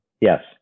Yes